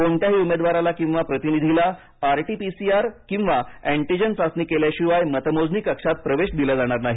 कोणत्याही उमेदवाराला किंवा प्रतिनिधीला R T P C R किंवा अंटीजेन चाचणी केल्याशिवाय मतमोजणी कक्षात प्रवेश दिला जाणार नाही